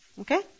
Okay